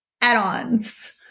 add-ons